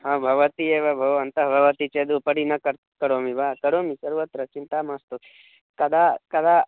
हा भवति एव भोः अन्तः भवति चेद् उपरि न कर् करोमि वा करोमि सर्वत्र चिन्ता मास्तु कदा कदा